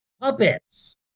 Puppets